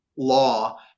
law